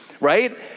right